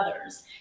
others